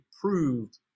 proved